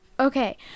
okay